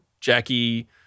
Jackie